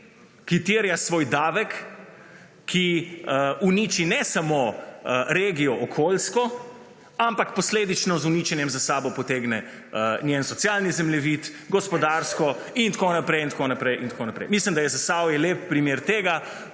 ki terja svoj davek, ki uniči ne samo regijo okoljsko, ampak posledično z uničenjem za sabo potegne njen socialni zemljevid, gospodarsko in tako naprej in tako naprej in tako